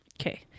Okay